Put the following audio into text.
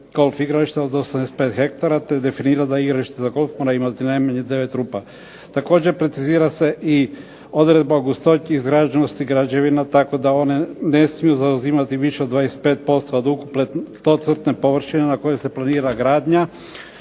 golf igrališta od 85 hektara, te definira da igralište za golf mora imati najmanje 9 rupa. Također precizira se odredba o gustoći i izgrađenosti građevina tako da one ne smiju zauzimati više od 25% od ukupne tlocrtne površine na kojoj se planira gradnja